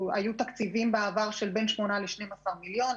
היו תקציבים בעבר של בים 8 ל-12 מיליון.